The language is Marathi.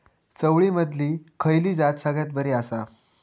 चवळीमधली खयली जात सगळ्यात बरी आसा?